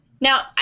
now